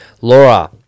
Laura